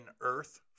earth